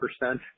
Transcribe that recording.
percent